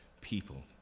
people